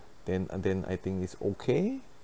then uh then I think is okay